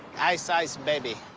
ice ice baby.